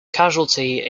causality